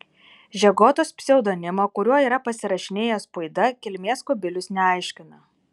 žegotos pseudonimo kuriuo yra pasirašinėjęs puida kilmės kubilius neaiškina